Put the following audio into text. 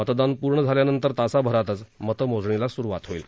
मतदान पूर्ण झाल्यानंतर तासाभरातच मतमोजणीला सुरुवात होईल